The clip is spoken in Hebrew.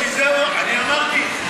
אני אמרתי.